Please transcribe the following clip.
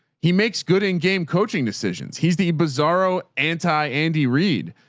he makes good end game coaching decisions. he's the bizarro anti andy reed.